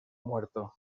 muerto